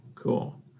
Cool